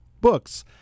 books